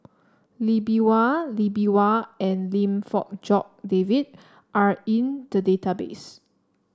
Lee Bee Wah Lee Bee Wah and Lim Fong Jock David are in the database